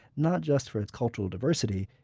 not just for its cultural diversity,